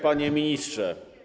Panie Ministrze!